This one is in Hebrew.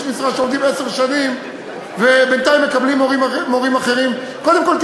משרה שעובדים עשר שנים ובינתיים מקבלים מורים אחרים" קודם כול,